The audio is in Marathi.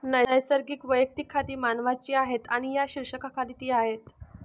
नैसर्गिक वैयक्तिक खाती मानवांची आहेत आणि या शीर्षकाखाली ती आहेत